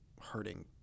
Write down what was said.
hurting